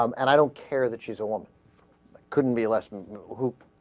um and i don't care that she's a woman couldn't be less than group